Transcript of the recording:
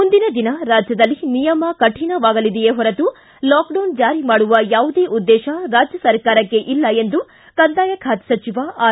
ಮುಂದಿನ ದಿನ ರಾಜ್ಯದಲ್ಲಿ ನಿಯಮ ಕಠಿಣವಾಗಲಿದೆಯೇ ಹೊರತು ಲಾಕ್ಡೌನ್ ಜಾರಿ ಮಾಡುವ ಯಾವುದೇ ಉದ್ವೇತ ರಾಜ್ನ ಸರ್ಕಾರಕ್ಷೆ ಇಲ್ಲ ಎಂದು ಕಂದಾಯ ಖಾತೆ ಸಚಿವ ಆರ್